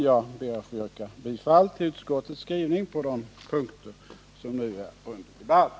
Jag ber att få yrka bifall till utskottets skrivning på de punkter som nu är under debatt.